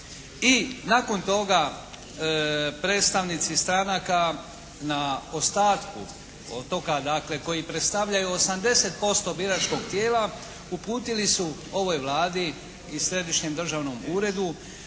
nakon toga predstavnici stranaka na ostatku otoka dakle koji predstavljaju 80% biračkog tijela uputili su ovoj Vladi i Središnjem državnom uredu